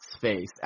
face